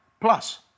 Plus